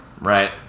right